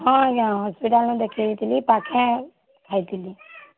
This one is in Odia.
ହଁ ଆଜ୍ଞା ହସ୍ପିଟାଲ୍ନୁ ଦେଖେଇଥିଲିଁ ପାଖେ ଖାଇଥିଲିଁ